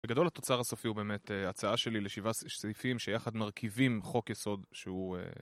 בגדול התוצר הסופי הוא באמת הצעה שלי לשבע סעיפים שיחד מרכיבים חוק יסוד שהוא